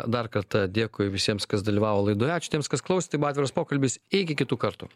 dar kartą dėkui visiems kas dalyvavo laidoje ačiū tiems kas klausė tai buvo atviras pokalbis iki kitų kartų